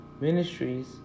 Ministries